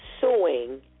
suing